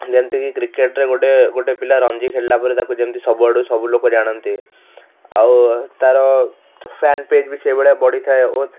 ଯେମିତିକି କ୍ରିକେଟ ରେ ଗୋଟେ ଗୋଟେ ପିଲା ରଞ୍ଜି ଖେଳିଲା ପରେ ତାକୁ ଯେମିତି ସବୁଆଡ଼ୁ ସବୁ ଲୋକ ଜାଣନ୍ତି ଆଉ ତାର ଫ୍ୟାନପେଜ ବି ସେଇ ଭଳିଆ ବଢ଼ିଥାଏ ଓ